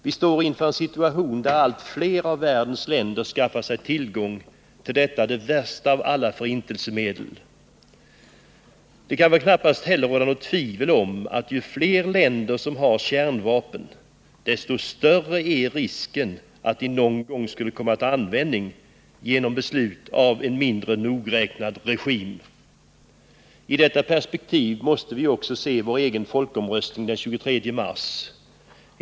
Vi står inför en situation där allt fler av världens länder skaffar sig tillgång till detta det värsta av alla förintelsemedel. Det kan väl knappast heller råda något tvivel om att ju fler länder som har kärnvapen, desto större är risken att de någon gång skulle komma till användning genom beslut av en mindre nogräknad regim. I detta perspektiv måste vi också se vår egen folkomröstning den 23 mars.